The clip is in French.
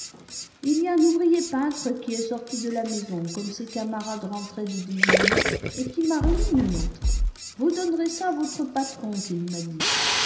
il y a un ouvrier peintre qui est sorti de la maison comme ses camarades rentraient de déjeuner et qui m'a remis une lettre vous donnerez ça à votre patron qu'il m'a dit